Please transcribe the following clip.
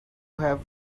have